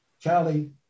Charlie